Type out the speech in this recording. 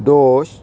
दोश